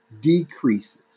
decreases